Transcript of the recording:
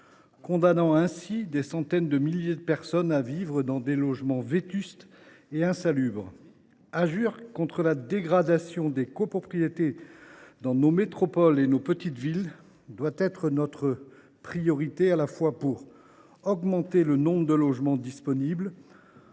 fragiles. Ainsi, des centaines de milliers de personnes se trouvent condamnées à vivre dans des logements vétustes et insalubres. Agir contre la dégradation des copropriétés dans nos métropoles et nos petites villes doit être notre priorité, à la fois pour augmenter le nombre de logements disponibles